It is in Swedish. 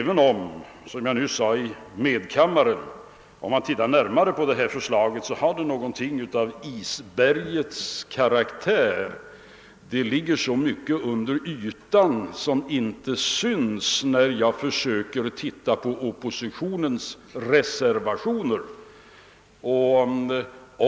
Ser man närmare på det här förslaget finner man emellertid — vilket jag också nyss framhållit i medkammaren — att det har något av isbergets karaktär, eftersom det ligger så mycket under ytan som inte syns när man ser på oppositionens reservationer.